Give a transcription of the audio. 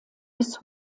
bis